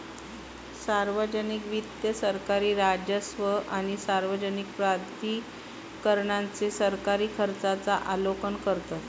सार्वजनिक वित्त सरकारी राजस्व आणि सार्वजनिक प्राधिकरणांचे सरकारी खर्चांचा आलोकन करतत